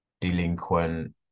delinquent